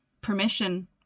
permission